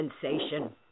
sensation